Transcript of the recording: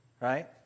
right